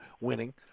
winning